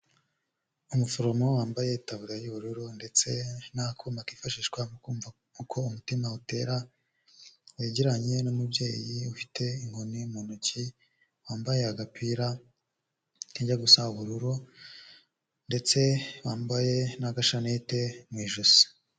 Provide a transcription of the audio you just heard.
Umuforomo wambaye itaburiya y'ubururu ndetse n'akuma kifashishwa mu kumva uko umutima utera wegeranye n'umubyeyi ufite inkoni mu ntoki wambaye agapira kajya gusa ubururu ndetse wambaye n'gashanete mu ijosi.